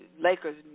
Lakers